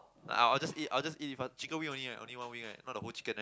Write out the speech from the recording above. I I'll just eat I'll just eat it chicken wing only eh only one wing eh not the whole chicken eh